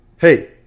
Hey